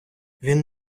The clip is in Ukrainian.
він